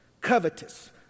Covetous